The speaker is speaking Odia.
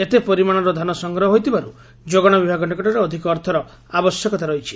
ଏତେ ପରିମାଣର ଧାନ ସଂଗ୍ରହ ହୋଇଥିବାର୍ ଯୋଗାଣ ବିଭାଗ ନିକଟରେ ଅଧିକ ଅର୍ଥର ଆବଶ୍ୟକତା ରହିଛି